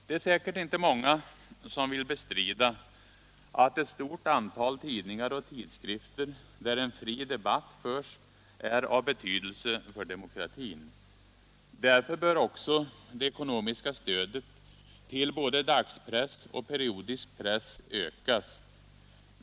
Det är säkert inte många som vill bestrida att ett stort antal tidningar och tidskrifter, där en fri debatt förs, är av betydelse för demokratin. Därför bör också det ekonomiska stödet till både dagspress och periodisk press ökas.